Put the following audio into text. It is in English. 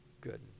good